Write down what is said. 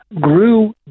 grew